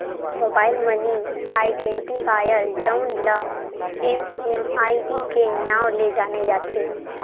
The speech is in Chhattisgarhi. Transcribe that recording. मोबाईल मनी आइडेंटिफायर जउन ल एम.एम.आई.डी के नांव ले जाने जाथे